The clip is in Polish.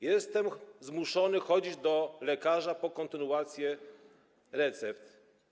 Jestem zmuszony chodzić do lekarza po kontynuację recept.